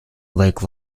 lake